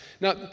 Now